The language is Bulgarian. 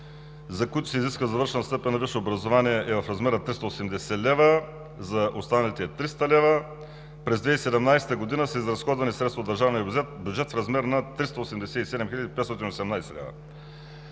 за които се изисква завършена степен на висше образование, е в размер на 380 лв., за останалите е 300 лв. През 2017 г. са изразходвани средства от държавния бюджет в размер на 387 хил.